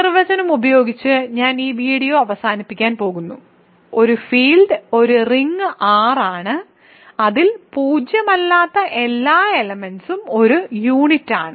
ഈ നിർവചനം ഉപയോഗിച്ച് ഞാൻ ഈ വീഡിയോ അവസാനിപ്പിക്കാൻ പോകുന്നു ഒരു ഫീൽഡ് ഒരു റിംഗ് R ആണ് അതിൽ പൂജ്യമല്ലാത്ത എല്ലാ എലെമെന്റ്സും ഒരു യൂണിറ്റാണ്